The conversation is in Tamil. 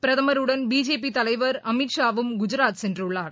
பிரதமருடன் பிஜேபிதலைவர் அமித்ஷாவும் குஜராத் சென்றுள்ளார்